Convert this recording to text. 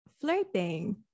flirting